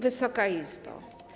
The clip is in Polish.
Wysoka Izbo!